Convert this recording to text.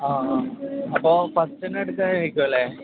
ആ ആ അപ്പം ഫസ്റ്റ് തന്നെ എടുക്കാനായിരിക്കും അല്ലേ